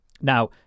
now